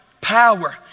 power